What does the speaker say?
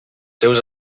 seus